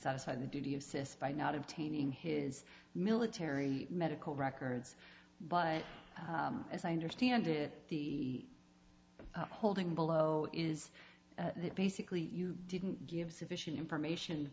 satisfy the duty of sis by not obtaining his military medical records but as i understand it the holding below is basically you didn't give sufficient information